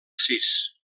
sis